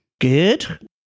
good